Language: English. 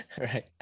Right